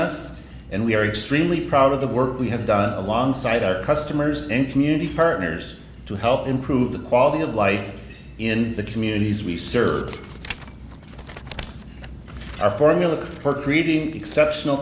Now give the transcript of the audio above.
us and we are extremely proud of the work we have done alongside our customers and community partners to help improve the quality of life in the communities we serve our formula for creating exceptional